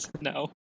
No